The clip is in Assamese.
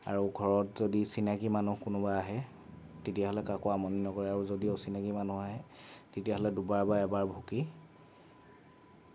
আৰু ঘৰত যদি চিনাকী মানুহ কোনোবা আহে তেতিয়াহ'লে কাকো আমনি নকৰে আৰু যদি অচিনাকী মানুহ আহে তেতিয়াহ'লে দুবাৰ বা এবাৰ ভুকি